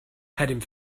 heading